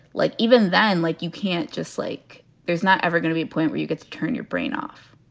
like even then, like you can't just like there's not ever going to be a point where you get to turn your brain off.